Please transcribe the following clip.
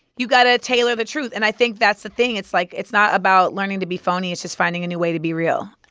you got to tailor the truth, and i think that's the thing. it's like, it's not about learning to be phony. it's just finding a new way to be real